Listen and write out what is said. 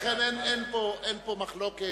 לכן, אין פה מחלוקת